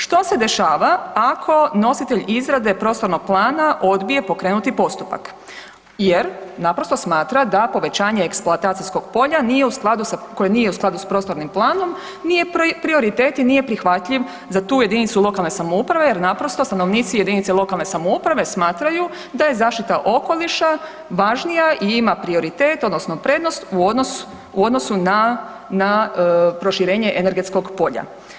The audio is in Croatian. Što se dešava ako nositelj izrade prostornog plana odbije pokrenuti postupak jer naprosto smatra da povećanje eksploatacijskog polja nije koje nije u skladu s prostornim planom nije prioritet i nije prihvatljiv za tu jedinicu lokalne samouprave jer naprosto stanovnici jedinice lokalne samouprave smatraju da je zaštita okoliša važnija i ima prioritet odnosno prednost u odnosu na proširenje energetskog polja.